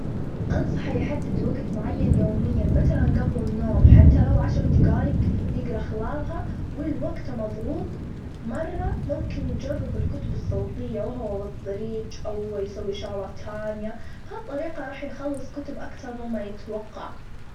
أنصحه يحدد وجت معين يوميًا مثلًا جبل النوم حتى لو عشر دجايج يجرا خلالها واللي وجته مضغوط مرة ممكن يجرب الكتب الصوتية وهو بالطريج، أو يسوي شغلة تانية بها الطريقة راح يخلص كتب أكتر مما يتوقع.